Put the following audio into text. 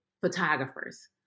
photographers